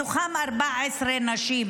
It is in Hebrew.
מתוכם 14 נשים,